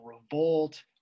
revolt